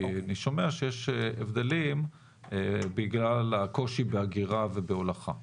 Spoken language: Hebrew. כי אני שומע שיש הבדלים בגלל הקושי באגירה ובהולכה.